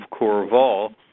Corval